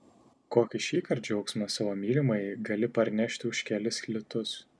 kokį šįkart džiaugsmą savo mylimajai gali parnešti už kelis litus